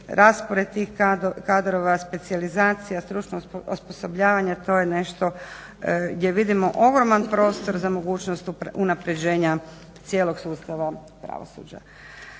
raspored tih kadrova, specijalizacija, stručno osposobljavanje, to je nešto gdje vidimo ogroman prostor za mogućnost unapređenja cijelog sustava pravosuđa.